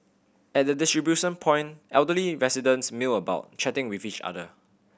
at the distribution point elderly residents mill about chatting with each other